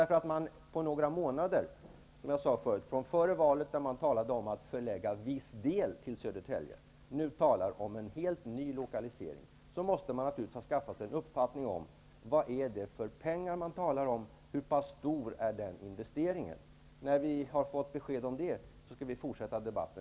Före valet talade man om att förlägga en viss del till Södertälje. Nu talar man om en helt ny lokalisering. Då måste man naturligtvis ha skaffat sig en uppfattning om vad det är för pengar man talar om och hur pass stora investeringarna blir. När vi har fått besked om det, kan vi fortsätta debatten.